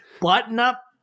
button-up